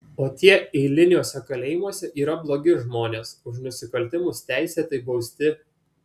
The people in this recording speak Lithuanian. o tie eiliniuose kalėjimuose yra blogi žmonės už nusikaltimus teisėtai bausti